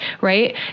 right